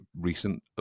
recent